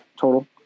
total